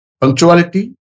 punctuality